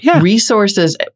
resources